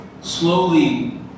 Slowly